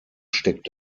steckt